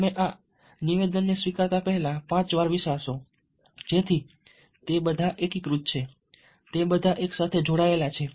તમે આવા નિવેદનને સ્વીકારતા પહેલા 5 વાર વિચારશો જેથી તે બધા એકીકૃત છે તે બધા એક સાથે જોડાયેલા છે